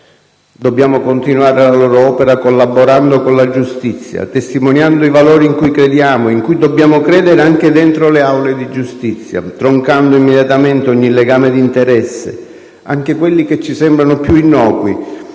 Dobbiamo continuare la loro opera collaborando con la giustizia, testimoniando i valori in cui crediamo e in cui dobbiamo credere anche dentro le aule di giustizia, troncando immediatamente ogni legame di interesse, anche quelli che ci sembrano più innocui,